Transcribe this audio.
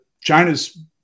China's